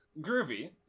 groovy